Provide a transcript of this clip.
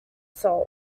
salt